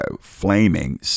flaming